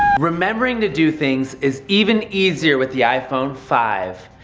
remembering to do things is even easier with the iphone five.